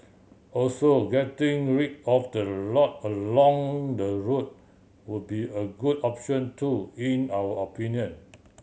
also getting rid of the lot along the road would be a good option too in our opinion